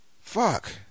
Fuck